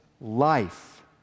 life